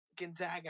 Gonzaga